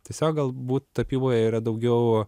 tiesiog galbūt tapyboje yra daugiau